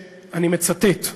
אני מצטט: